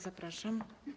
Zapraszam.